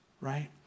Right